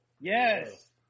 Yes